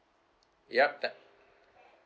yup that